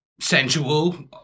sensual